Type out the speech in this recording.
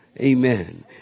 amen